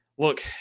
Look